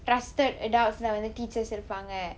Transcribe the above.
trusted adults lah வந்து:vanthu teachers இருப்பாங்க:irupaanga